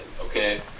okay